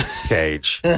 cage